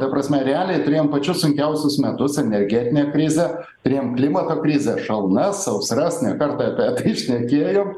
ta prasme realiai turėjom pačius sunkiausius metus energetinę krizę turėjom klimato krizę šalnas sausras ne kartą apie tai šnekėjom